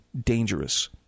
dangerous